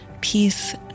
Peace